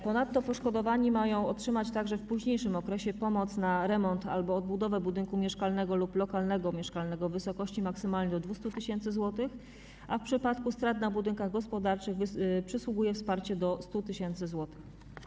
Ponadto poszkodowani mają otrzymać także w późniejszym okresie pomoc na remont albo odbudowę budynku mieszkalnego lub lokalnego mieszkalnego w wysokości maksymalnie do 200 tys. zł, a w przypadku strat na budynkach gospodarczych przysługuje wsparcie do 100 tys. zł.